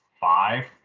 five